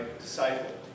disciple